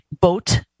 boat